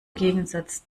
gegensatz